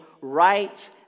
right